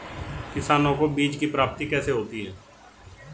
किसानों को बीज की प्राप्ति कैसे होती है?